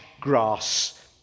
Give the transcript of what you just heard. grass